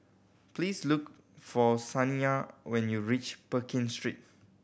please look for Saniya when you reach Pekin Street